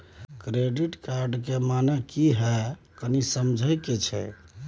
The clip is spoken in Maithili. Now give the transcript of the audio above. क्रेडिट कार्ड के माने की हैं, कनी समझे कि छि?